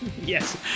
Yes